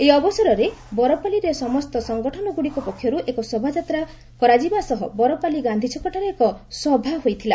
ଏହି ଅବସରରେ ବରପାଲିରେ ସମସ୍ତ ସଙ୍ଗଠନଗୁଡ଼ିକ ପକ୍ଷରୁ ଏକ ଶୋଭାଯାତ୍ରା କରିବା ସହ ବରପାଲି ଗାଧୀଛକଠାରେ ଏକ ସଭା ହୋଇଥିଲା